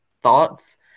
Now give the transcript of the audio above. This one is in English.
thoughts